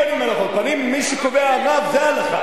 אין פנים רבות, מה שקובע הרב זה ההלכה.